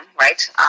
right